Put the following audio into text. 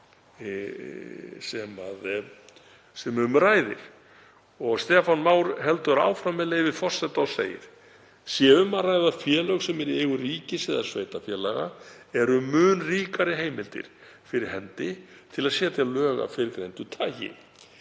sem um ræðir. Stefán Már heldur áfram, með leyfi forseta, og segir: „Sé um að ræða félög sem eru í eigu ríkis eða sveitarfélaga eru mun ríkari heimildir fyrir hendi til þess að setja lög af fyrrgreindu tagi.